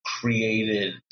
created